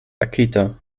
akita